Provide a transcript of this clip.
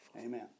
Amen